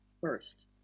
first